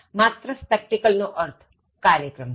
માત્ર spectacle નો અર્થ કાર્યક્રમ થાય